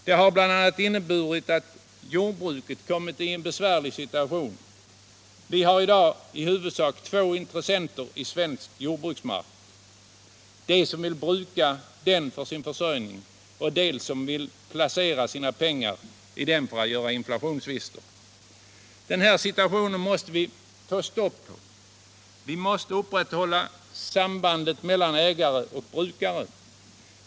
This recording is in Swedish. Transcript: Detta har bl.a. inneburit att jordbruket kommit i en besvärlig situation. Vi har i dag i huvudsak två intressenter i svensk jordbruksmark — de som vill bruka den för sin försörjning och de som vill placera sina pengar i den för att göra inflationsvinster. Det här måste vi få stopp på. Vi måste upprätthålla sambandet mellan ägare och brukare.